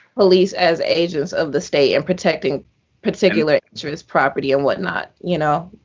police as agents of the state and protecting particular interests, property, and what not. you know?